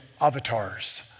Avatars